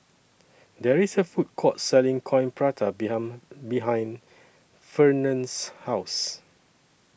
There IS A Food Court Selling Coin Prata behind behind Fernand's House